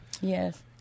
Yes